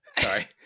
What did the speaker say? Sorry